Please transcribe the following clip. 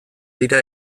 dira